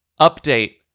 Update